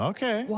Okay